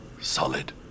Solid